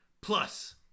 plus